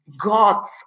gods